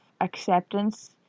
acceptance